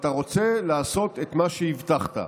ואתה רוצה לעשות את מה שהבטחת.